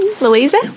Louisa